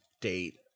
date